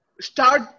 start